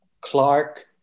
Clark